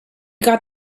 got